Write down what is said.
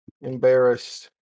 embarrassed